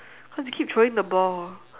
cause they keep throwing the ball